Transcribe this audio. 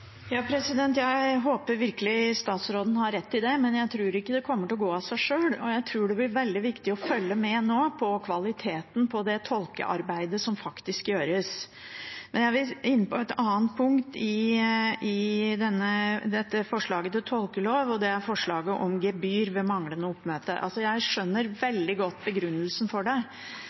Jeg håper virkelig statsråden har rett i det, men jeg tror ikke det kommer til å gå av seg sjøl, og jeg tror det blir veldig viktig å følge med på kvaliteten på det tolkearbeidet som faktisk gjøres. Jeg vil inn på et annet punkt i dette forslaget til tolkelov, og det er forslaget om gebyr ved manglende oppmøte. Jeg skjønner veldig godt begrunnelsen for det,